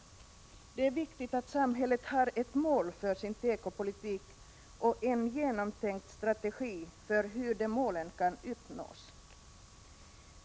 Det är viktigt att samhället har ett mål för sin tekopolitik och en genomtänkt strategi för hur de målen skall uppnås.